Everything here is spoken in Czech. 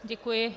Děkuji.